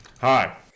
Hi